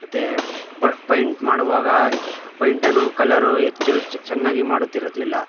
ಮತ್ತು ಪೈಂಟ್ ಮಾಡುವಾಗ ಪೈಂಟನ್ನು ಕಲರು ಹೆಚ್ಚು ಚೆನ್ನಾಗಿ ಮಾಡುತ್ತಿರಲಿಲ್ಲ